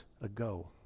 ago